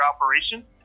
operation